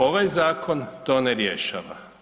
Ovaj zakon to ne rješava.